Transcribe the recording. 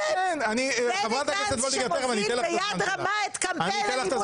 הוא מוביל ביד רמה את קמפיין- -- הוא נכנס